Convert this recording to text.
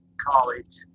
college